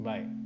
Bye